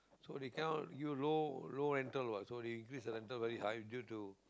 so they cannot give you low low rental what so they increase the rental very high due to